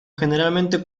generalmente